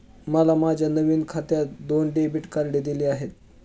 मला माझ्या नवीन खात्यात दोन डेबिट कार्डे दिली आहेत